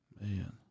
Man